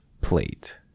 Plate